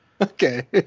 Okay